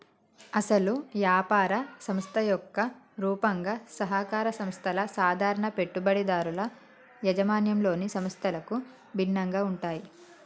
అసలు యాపార సంస్థ యొక్క రూపంగా సహకార సంస్థల సాధారణ పెట్టుబడిదారుల యాజమాన్యంలోని సంస్థలకు భిన్నంగా ఉంటాయి